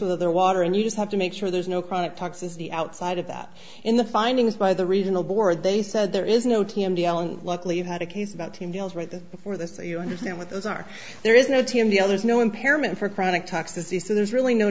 with other water and you just have to make sure there's no chronic toxicity outside of that in the findings by the regional board they said there is no t m d l and luckily you had a case about team deals right there before this so you understand what those are there is no team the others no impairment for chronic toxicity so there's really no